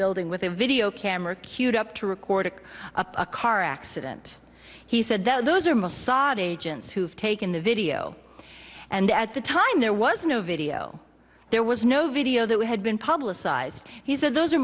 building with a video camera cued up to record a car accident he said those are mossad agents who've taken the video and at the time there was no video there was no video that we had been publicized he said those are